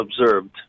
observed